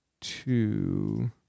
two